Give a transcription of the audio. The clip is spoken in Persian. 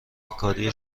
کاری